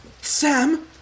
Sam